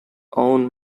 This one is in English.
own